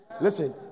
Listen